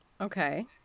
Okay